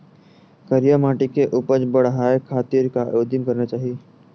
करिया माटी के उपज बढ़ाये खातिर का उदिम करना चाही?